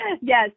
Yes